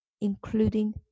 including